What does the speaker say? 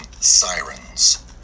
sirens